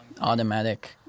automatic